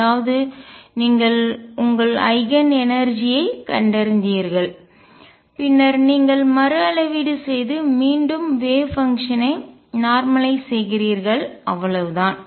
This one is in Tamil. அதாவது நீங்கள் உங்கள் ஐகன்எனர்ஜிஆற்றல் ஐ கண்டறிந்தீர்கள் பின்னர் நீங்கள் மறுஅளவீடு செய்து மீண்டும் வேவ் பங்ஷன் ஐ அலை செயல்பாடு நார்மலய்ஸ் செய்கிறீர்கள் அவ்வளவுதான்